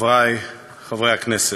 חברי חברי הכנסת,